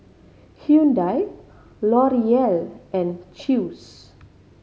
Hyundai L'Oreal and Chew's